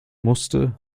musste